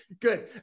good